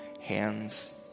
hands